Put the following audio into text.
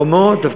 טוב מאוד.